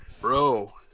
bro